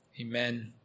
Amen